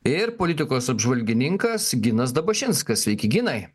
ir politikos apžvalgininkas ginas dabašinskas sveiki ginai